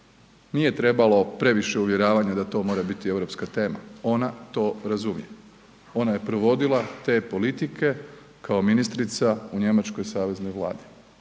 nije trebalo previše uvjeravanja da to mora biti europska tema, ona to razumije. Ona je provodila te politike kao ministrica u Njemačkoj saveznoj vladi,